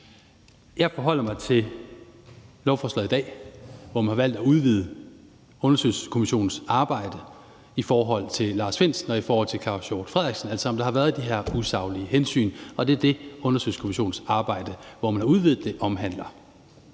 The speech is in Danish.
Jeg forholder mig til lovforslaget i dag, hvor man har valgt at udvide undersøgelseskommissionens arbejde i forhold til Lars Findsen og i forhold til Claus Hjort Frederiksen – altså om der været de her usaglige hensyn, og det er det, undersøgelseskommissionens arbejde, som man har udvidet, omhandler.